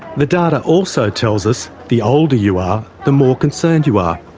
the data also tells us the older you are the more concerned you are,